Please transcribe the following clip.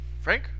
Frank